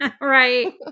Right